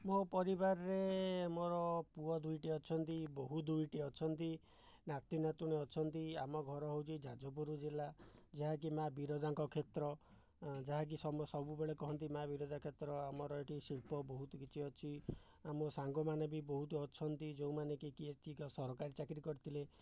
ମୋ ପରିବାରରେ ମୋର ପୁଅ ଦୁଇଟି ଅଛନ୍ତି ବୋହୂ ଦୁଇଟି ଅଛନ୍ତି ନାତି ନାତୁଣୀ ଅଛନ୍ତି ଆମ ଘର ହେଉଛି ଯାଜପୁର ଜିଲ୍ଲା ଯାହାକି ମା' ବିରଜାଙ୍କ କ୍ଷେତ୍ର ଯାହାକି ସବୁବେଳେ କହନ୍ତି ମା' ବିରଜା କ୍ଷେତ୍ର ଆମର ଏଠି ଶିଳ୍ପ ବହୁତ କିଛି ଅଛି ଆମେ ସାଙ୍ଗମାନେ ବି ବହୁତ ଅଛନ୍ତି ଯେଉଁମାନେ କି ସରକାରୀ ଚାକିରି କରିଥିଲେ